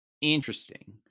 Interesting